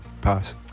Pass